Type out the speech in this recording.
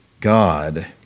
god